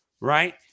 right